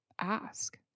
ask